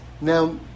Now